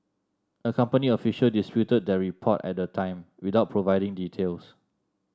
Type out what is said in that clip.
a company official disputed that report at the time without providing details